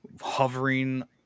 hovering